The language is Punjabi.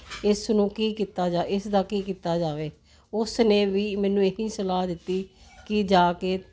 ਇਸ ਨੂੰ ਕੀ ਕੀਤਾ ਜਾ ਇਸ ਦਾ ਕੀ ਕੀਤਾ ਜਾਵੇ ਉਸ ਨੇ ਵੀ ਮੈਨੂੰ ਇਹੀ ਸਲਾਹ ਦਿੱਤੀ ਕਿ ਜਾ ਕੇ